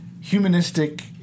humanistic